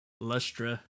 Lustra